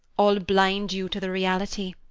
all blind you to the reality.